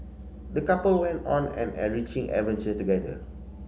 the couple went on an enriching adventure together